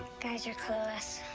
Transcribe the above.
guys are clueless.